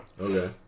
Okay